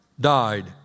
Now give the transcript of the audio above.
died